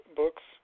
books